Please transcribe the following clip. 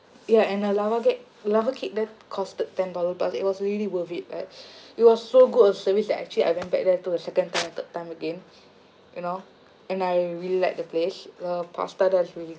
yeah and the lava cake lava cake there costed ten dollar plus it was really worth it right it was so good a service that actually I went back there to a second time and third time again you know and I really liked the place the pasta there is really